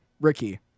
Ricky